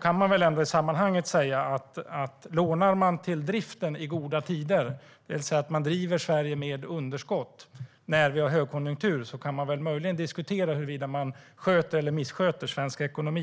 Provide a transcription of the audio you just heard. kan vi väl i sammanhanget säga att om man lånar till driften i goda tider, det vill säga att man driver Sverige med underskott när vi har högkonjunktur, så kan det väl möjligen diskuteras huruvida man sköter eller missköter svensk ekonomi.